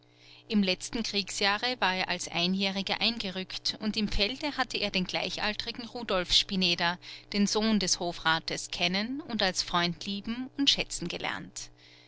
im letzten kriegsjahre war er als einjähriger eingerückt und im felde hatte er den gleichaltrigen rudolf spineder den sohn des hofrates kennen und als freund lieben und schätzen gelernt